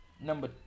number